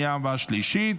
ראשונה.